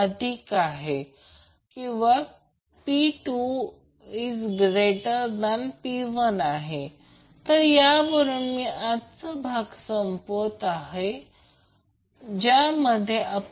त्याचा अर्थ असा की j to power j to power j ही रियल संख्या आहे ते e π 2 आहे